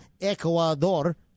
Ecuador